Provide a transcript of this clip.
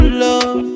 love